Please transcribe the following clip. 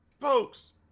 folks